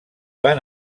van